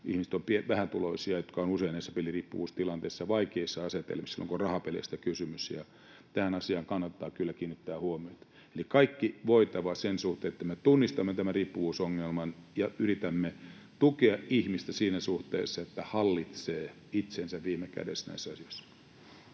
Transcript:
ihmiset ovat vähätuloisia, jotka ovat usein näissä peliriippuvuustilanteissa ja vaikeissa asetelmissa silloin kun on rahapeleistä kysymys, ja tähän asiaan kannattaa kyllä kiinnittää huomiota. Eli kaikki voitava sen suhteen, että me tunnistamme tämän riippuvuusongelman ja yritämme tukea ihmistä siinä suhteessa, että hallitsee itsensä viime kädessä näissä asioissa.